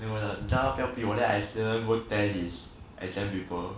then 我叫他不要避我 then I accidentally go tear his exam paper